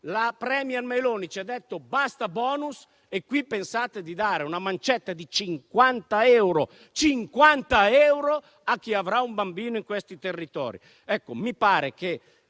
La *premier* Meloni ci ha detto basta *bonus*. Qui pensate di dare una mancetta di 50 euro - ripeto, 50 euro - a chi avrà un bambino in quei territori.